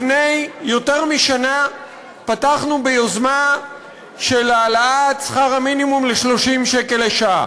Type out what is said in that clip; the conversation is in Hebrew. לפני יותר משנה פתחנו ביוזמה של העלאת שכר המינימום ל-30 שקל לשעה.